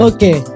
Okay